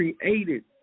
created